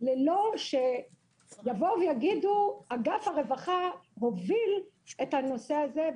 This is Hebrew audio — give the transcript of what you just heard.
ללא שיגידו שאגף הרווחה מוביל את הנושא הזה.